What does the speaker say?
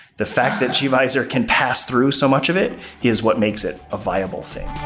the fact that gvisor can pass through so much of it is what makes it a viable thing.